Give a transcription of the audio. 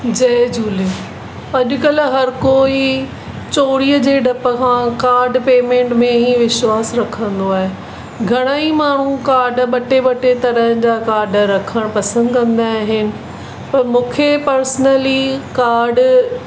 जय झूले अॼु कल्ह हर कोई चोरीअ जे डप खां कार्ड पेमेंट में ई विश्वासु रखंदो आहे घणाई माण्हू कार्ड ॿ टे ॿ टे तरह जा कार्ड रखणु पसंदि कंदा आहिनि पर मूंखे पर्सनली कार्ड